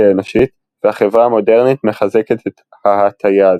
האנושית והחברה המודרנית מחזקת את ההטיה הזאת.